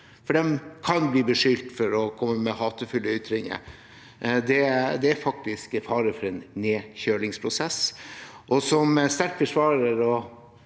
fordi de kan bli beskyldt for å komme med hatefulle ytringer, er det faktisk fare for en nedkjølingsprosess. Som sterk og